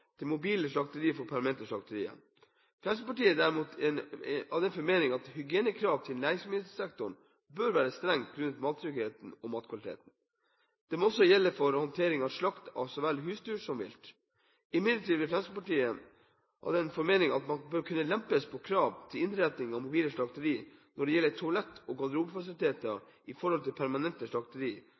til mobile slakterier som til permanente slakterier. Fremskrittspartiet er derimot av den formening at hygienekrav til næringsmiddelsektoren bør være strenge grunnet mattryggheten og matkvaliteten. Det må også gjelde for håndtering av slakt av så vel husdyr som vilt. Imidlertid er Fremskrittspartiet av den formening at det bør kunne lempes på krav til innretning av mobile slakterier når det gjelder toalett og garderobefasiliteter i forhold til permanente